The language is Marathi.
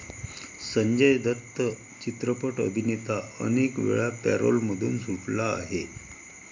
संजय दत्त चित्रपट अभिनेता अनेकवेळा पॅरोलमधून सुटला आहे